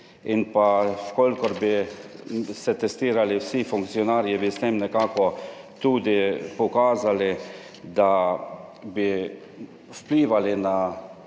In pa, v kolikor bi se testirali vsi funkcionarji, bi s tem nekako tudi pokazali, da bi vplivali na